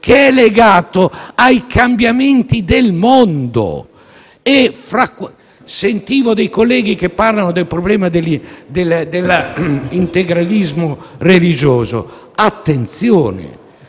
che è legato ai cambiamenti del mondo. Sentivo dei colleghi parlare del problema dell'integralismo religioso. Attenzione,